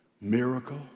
miracle